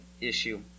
issue